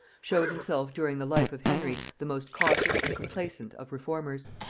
showed himself during the life of henry the most cautious and complaisant of reformers.